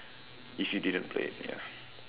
if you didn't play ya